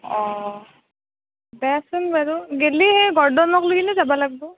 অঁ দেচোন বাৰু গেলি সেই গৰদনক লৈ কিনে যাবা লাগবো